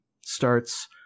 starts